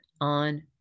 on